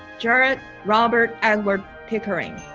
jarred robert edward pickering.